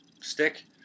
stick